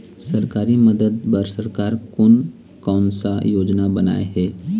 सरकारी मदद बर सरकार कोन कौन सा योजना बनाए हे?